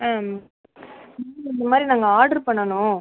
இந்தமாதிரி நாங்கள் ஆர்டரு பண்ணணும்